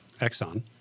Exxon